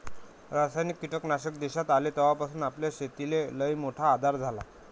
रासायनिक कीटकनाशक देशात आले तवापासून आपल्या शेतीले लईमोठा आधार झाला